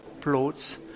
plots